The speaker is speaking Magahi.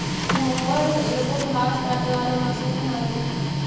मोअर एगो घास काटे वाला मशीन हई